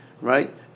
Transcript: right